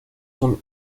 son